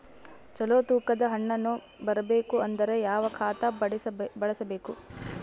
ಚಲೋ ತೂಕ ದ ಹಣ್ಣನ್ನು ಬರಬೇಕು ಅಂದರ ಯಾವ ಖಾತಾ ಬಳಸಬೇಕು?